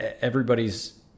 everybody's